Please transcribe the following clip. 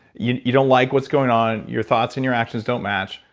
you you don't like what's going on. your thoughts and your actions don't match,